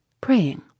praying